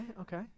okay